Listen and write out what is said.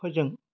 फोजों